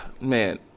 Man